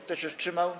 Kto się wstrzymał?